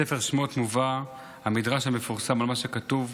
בספר שמות מובא המדרש המפורסם על מה שכתוב,